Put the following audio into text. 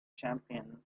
champion